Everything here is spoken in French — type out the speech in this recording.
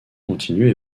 continue